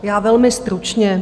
Já velmi stručně.